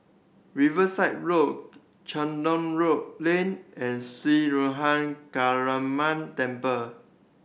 Riverside Road Ceylon Road Lane and Sri Ruthra Kaliamman Temple